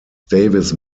davis